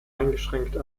eingeschränkt